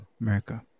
america